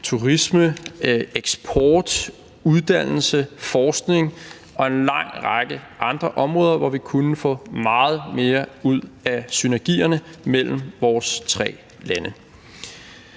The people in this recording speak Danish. turisme, eksport, uddannelse, forskning og en lang række andre områder, hvor vi kunne få meget mere ud af synergierne mellem vores tre lande.